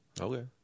Okay